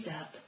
up